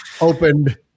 opened